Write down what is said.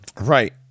Right